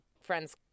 friend's